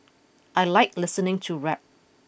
I like listening to rap